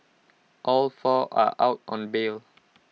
all four are out on bail